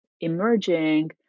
emerging